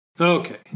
Okay